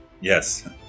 Yes